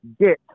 get